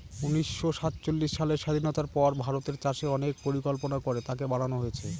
উনিশশো সাতচল্লিশ সালের স্বাধীনতার পর ভারতের চাষে অনেক পরিকল্পনা করে তাকে বাড়নো হয়েছে